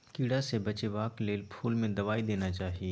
कीड़ा सँ बचेबाक लेल फुल में दवाई देना चाही